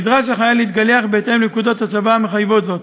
נדרש החייל להתגלח בהתאם לפקודות הצבא המחייבות זאת,